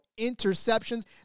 interceptions